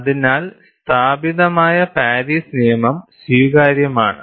അതിനാൽ സ്ഥാപിതമായ പാരീസ് നിയമം സ്വീകാര്യമാണ്